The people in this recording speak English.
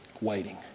waiting